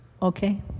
Okay